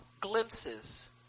glimpses